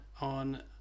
on